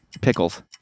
Pickles